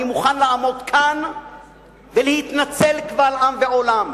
אני מוכן לעמוד כאן ולהתנצל קבל עם ועולם.